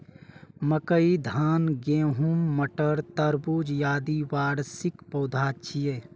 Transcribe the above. मकई, धान, गहूम, मटर, तरबूज, आदि वार्षिक पौधा छियै